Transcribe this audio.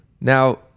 now